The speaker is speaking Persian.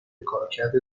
کارکرد